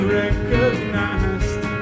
recognized